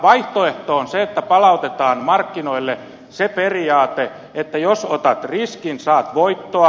vaihtoehto on se että palautetaan markkinoille se periaate että jos otat riskin saat voittoa